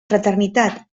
fraternitat